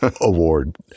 award